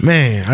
Man